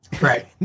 right